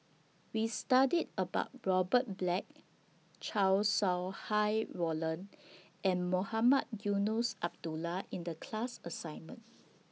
We studied about Robert Black Chow Sau Hai Roland and Mohamed Eunos Abdullah in The class assignment